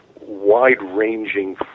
wide-ranging